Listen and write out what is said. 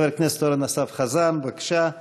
חבר הכנסת אורן אסף חזן, בבקשה.